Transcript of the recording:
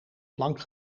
plank